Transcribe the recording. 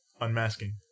Unmasking